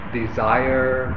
desire